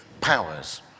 powers